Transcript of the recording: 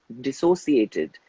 dissociated